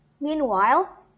Meanwhile